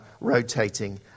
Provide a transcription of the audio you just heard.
rotating